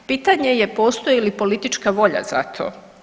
Pitanje je, postoji li politička volja za to?